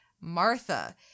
Martha